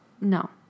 no